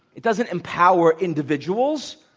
it doesn't empower individuals.